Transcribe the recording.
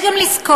יש גם לזכור